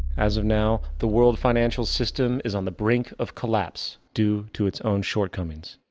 as of now, the world financial system is on the brink of collapse due to it's own shortcomings.